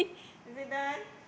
is it done